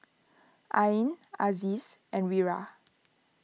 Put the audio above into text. Ain Aziz and Wira